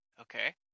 Okay